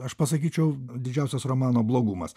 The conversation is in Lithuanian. aš pasakyčiau didžiausias romano blogumas